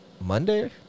Monday